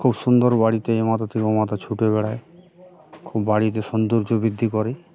খুব সুন্দর বাড়িতে এ মাথা থেকে ওমাথা ছুটে বেড়ায় খুব বাড়িতে সৌন্দর্য বৃদ্ধি করে